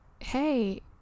hey